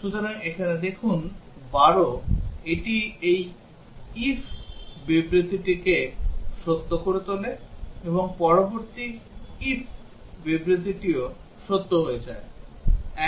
সুতরাং এখানে দেখুন 12 এটি এই if বিবৃতিটিকে সত্য করে তোলে এবং পরবর্তী if বিবৃতিও সত্য হয়ে যায়